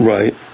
Right